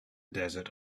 desert